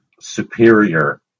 superior